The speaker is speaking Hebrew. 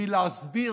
בשביל להסביר